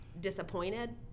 disappointed